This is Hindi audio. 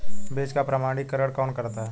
बीज का प्रमाणीकरण कौन करता है?